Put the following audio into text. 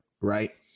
right